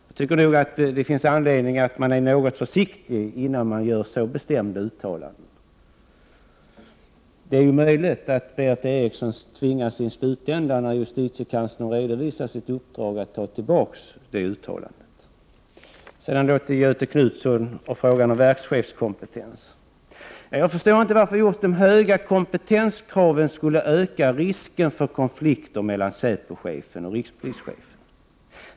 Jag tycker att det finns anledning att vara något försiktig innan man gör så bestämda uttalanden. Det är ju möjligt att Berith Eriksson, i slutändan när justitiekanslern redovisat sitt uppdrag, tvingas att ta tillbaka detta uttalande. Till Göthe Knutson och frågan om verkschefskompetensen: Jag förstår inte varför just de höga kompetenskraven skulle öka risken för konflikter mellan säpochefen och rikspolischefen.